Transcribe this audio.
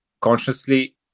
consciously